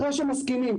אחרי שמסכימים,